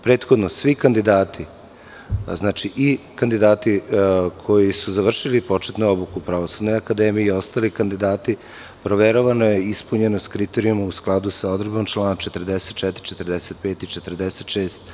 Prethodno svi kandidati, znači i kandidati koji su završili početnu obuku Pravosudne akademije i ostali kandidati proveravana je ispunjenost kriterijuma u skladu sa odredbom člana 44, 45. i 46.